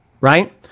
Right